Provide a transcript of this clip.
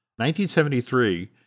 1973